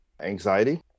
anxiety